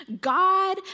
God